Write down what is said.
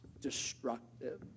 destructive